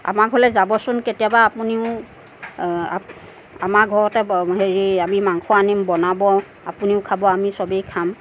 আমাৰ ঘৰলে যাবচোন কেতিয়াবা আপুনিও আমাৰ ঘৰতে বাৰু হেৰি আমি মাংস আনিম বনাব আপুনিও খাব আমি চবেই খাম